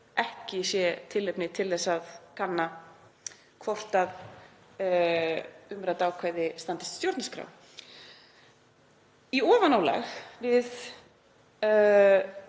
ekki sé tilefni til að kanna hvort umrædd ákvæði standist stjórnarskrá. Í ofanálag við